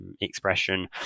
expression